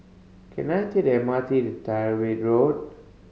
can I take the M R T to Tyrwhitt Road